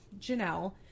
Janelle